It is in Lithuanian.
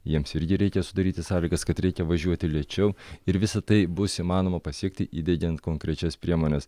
jiems irgi reikia sudaryti sąlygas kad reikia važiuoti lėčiau ir visa tai bus įmanoma pasiekti įdiegiant konkrečias priemones